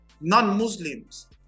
non-muslims